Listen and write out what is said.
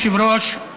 אדוני היושב-ראש,